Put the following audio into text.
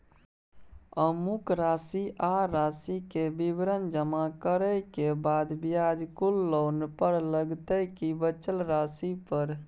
अमुक राशि आ राशि के विवरण जमा करै के बाद ब्याज कुल लोन पर लगतै की बचल राशि पर?